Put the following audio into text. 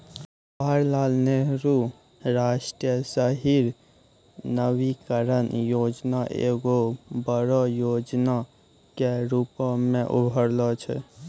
जवाहरलाल नेहरू राष्ट्रीय शहरी नवीकरण योजना एगो बड़ो योजना के रुपो मे उभरलो छै